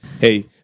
Hey